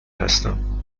هستم